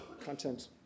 content